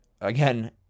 Again